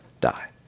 die